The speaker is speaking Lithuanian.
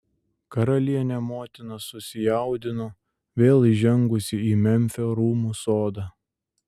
karalienė motina susijaudino vėl įžengusi į memfio rūmų sodą